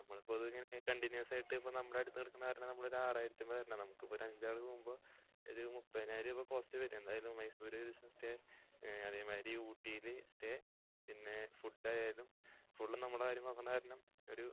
നമ്മളിപ്പോൾ ഇത് കണ്ടിന്യൂസ് ആയിട്ട് നമ്മുടെ അടുത്ത് കിടക്കുന്നത് കാരണം നമ്മൾ ഇപ്പോൾ ആറായിരത്തിന് വരണ നമുക്കിപ്പോൾ ഒരു അഞ്ചാറു പേര് പോകുമ്പോൾ ഒരു മുപ്പതിനായിരം രൂപ കോസ്റ്റ് വരും എന്തായാലും മൈസൂർ ഒരു ദിവസം സ്റ്റേ അതേമാതിരി ഊട്ടിയിലെ സ്റ്റേ പിന്നെ ഫുഡ് ആയാലും ഫുൾ നമ്മൾ തന്നെ നോക്കുന്നത് കാരണം ഒരു